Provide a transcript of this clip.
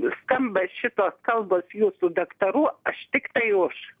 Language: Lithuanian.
skamba šitos kalbos jūsų daktarų aš tiktai už